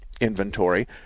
inventory